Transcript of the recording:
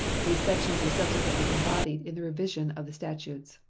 these sections were subsequently embodied in the revision of the statutes.